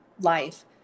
life